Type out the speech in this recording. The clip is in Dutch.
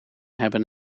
hebben